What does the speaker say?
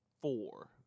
four